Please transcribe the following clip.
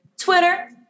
Twitter